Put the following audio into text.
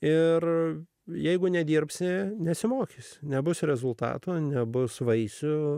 ir jeigu nedirbsi nesimokys nebus rezultato nebus vaisių